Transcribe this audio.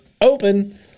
open